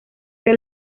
que